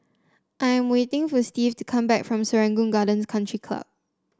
I am waiting for Steve to come back from Serangoon Gardens Country Club